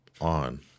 on